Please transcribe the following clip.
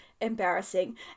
embarrassing